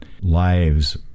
lives